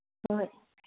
ꯍꯣꯏ